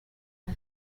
ans